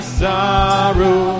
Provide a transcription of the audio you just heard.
sorrow